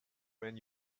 when